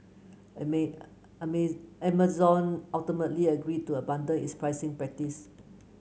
Amazon ultimately agreed to abandon its pricing practice